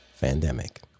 pandemic